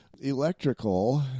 electrical